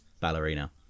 ballerina